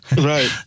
Right